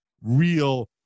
real